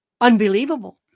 unbelievable